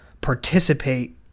participate